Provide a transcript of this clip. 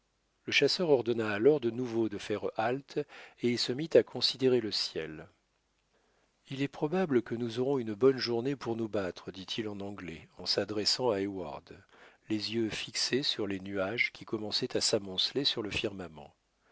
le chasseur ordonna alors de nouveau de faire halte et il se mit à considérer le ciel il est probable que nous aurons une bonne journée pour nous battre dit-il en anglais en s'adressant à heyward les yeux fixés sur les nuages qui commençaient à s'amonceler sur le firmament